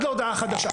עד להודעה חדשה.